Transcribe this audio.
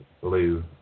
blue